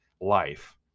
life